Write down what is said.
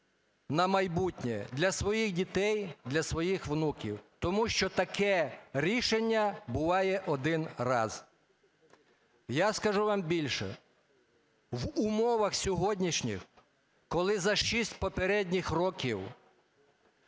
на майбутнє для своїх дітей, для своїх внуків, тому що таке рішення буває один раз. Я скажу вам більше. В умовах сьогоднішніх, коли за 6 попередніх років